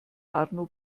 arno